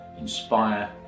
inspire